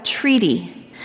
treaty